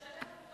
אתה משלם,